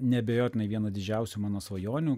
neabejotinai viena didžiausių mano svajonių